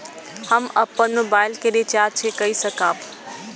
हम अपन मोबाइल के रिचार्ज के कई सकाब?